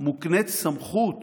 מוקנית סמכות